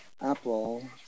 Apple